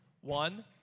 One